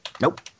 Nope